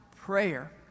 Prayer